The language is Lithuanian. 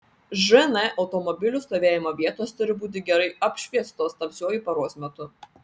žn automobilių stovėjimo vietos turi būti gerai apšviestos tamsiuoju paros metu